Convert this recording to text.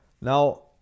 Now